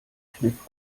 kniff